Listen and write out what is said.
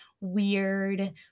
weird